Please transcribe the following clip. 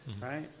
right